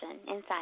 inside